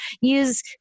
use